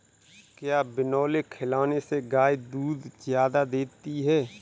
क्या बिनोले खिलाने से गाय दूध ज्यादा देती है?